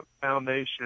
foundation